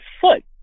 foot